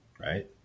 right